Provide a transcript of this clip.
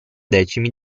decimi